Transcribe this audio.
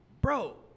Bro